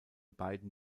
beiden